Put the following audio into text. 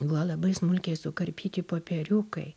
buvo labai smulkiai sukarpyti popieriukai